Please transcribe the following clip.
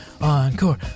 Encore